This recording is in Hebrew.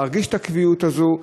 להרגיש את הקביעות הזאת.